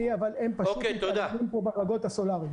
אבל הם פשוט מתעללים פה בגגות הסולאריים.